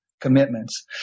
commitments